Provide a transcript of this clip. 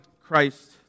Christ